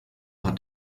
hat